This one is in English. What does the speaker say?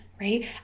right